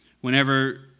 Whenever